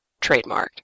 Trademarked